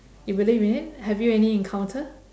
you believe in it have you any encounter